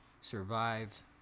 Survive